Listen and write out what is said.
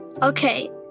okay